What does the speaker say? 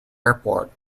airport